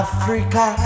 Africa